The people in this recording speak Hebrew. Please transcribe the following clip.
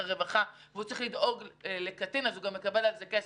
הרווחה וצריך לדאוג לקטין אז הוא גם מקבל עבור זה כסף.